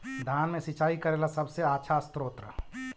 धान मे सिंचाई करे ला सबसे आछा स्त्रोत्र?